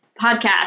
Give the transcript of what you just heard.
podcast